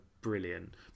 brilliant